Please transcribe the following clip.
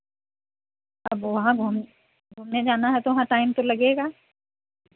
अब वहाँ घूम घूमने जाना है तो वहाँ टाइम तो लगेगा